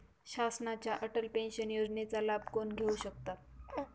शासनाच्या अटल पेन्शन योजनेचा लाभ कोण घेऊ शकतात?